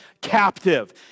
captive